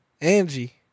Angie